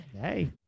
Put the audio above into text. Hey